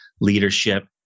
leadership